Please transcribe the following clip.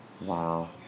wow